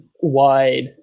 wide